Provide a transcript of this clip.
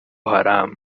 haram